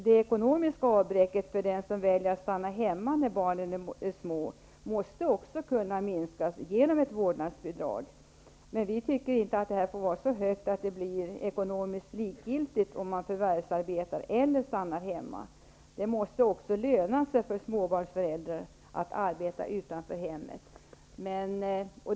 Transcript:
Det ekonomiska avbräck för dem som väljer att stanna hemma när barnen är små måste kunna minskas genom ett vårdnadsbidrag. Men vi tycker inte att det skall vara så högt att det blir ekonomiskt likgiltigt om man förvärvsarbetar eller stannar hemma. Det måste löna sig för småbarnsföräldrar att arbeta utanför hemmet.